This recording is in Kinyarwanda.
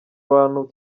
abantu